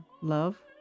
love